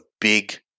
big